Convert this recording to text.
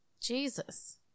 Jesus